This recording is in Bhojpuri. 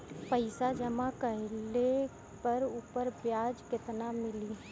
पइसा जमा कइले पर ऊपर ब्याज केतना मिली?